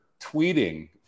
tweeting